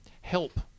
help